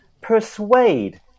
persuade